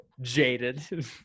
Jaded